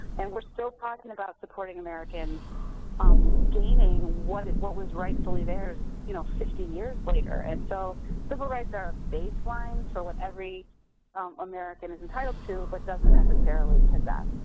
and we're still talking about supporting americans um gaining what what was rightfully theirs, you know, fifty years later. and so civil rights are a baseline for what every american is entitled to but doesn't necessarily possess.